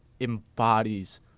embodies